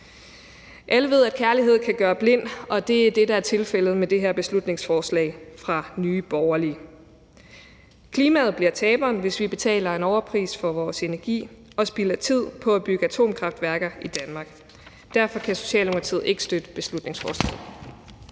Alle ved, at kærlighed kan gøre blind, og det er det, der er tilfældet med det her beslutningsforslag fra Nye Borgerlige. Klimaet bliver taberen, hvis vi betaler en overpris for vores energi og spilder tid på at bygge atomkraftværker i Danmark. Derfor kan Socialdemokratiet ikke støtte beslutningsforslaget.